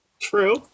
true